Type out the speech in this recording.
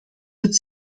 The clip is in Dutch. het